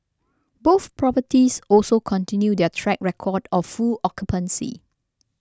both properties also continued their track record of full occupancy